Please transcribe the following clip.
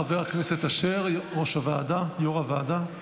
חבר הכנסת אשר, יו"ר הוועדה.